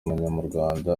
munyarwanda